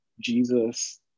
Jesus